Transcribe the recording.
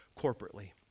corporately